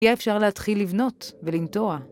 יהיה אפשר להתחיל לבנות ולנטוע.